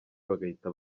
bagahita